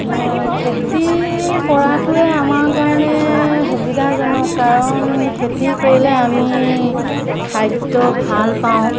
খেতি কৰাটোৱে আমাৰ কাৰণে সুবিধাজনক কাৰণ খেতি কৰিলে আমি খাদ্য ভাল পাওঁ